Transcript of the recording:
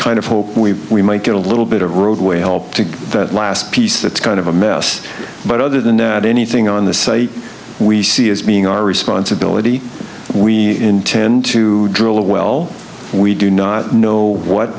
kind of hope we might get a little bit of roadway help to that last piece that's kind of a mess but other than that anything on the site we see as being our responsibility we intend to drill a well we do not know what